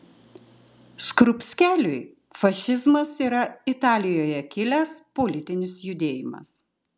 skrupskeliui fašizmas yra italijoje kilęs politinis judėjimas